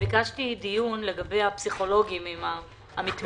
ביקשתי דיון לגבי הפסיכולוגים המתמחים.